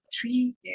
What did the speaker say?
three